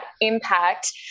impact